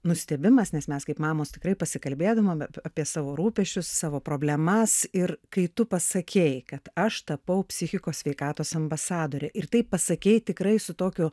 nustebimas nes mes kaip mamos tikrai pasikalbėdavom apie savo rūpesčius savo problemas ir kai tu pasakei kad aš tapau psichikos sveikatos ambasadore ir taip pasakei tikrai su tokiu